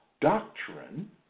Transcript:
doctrine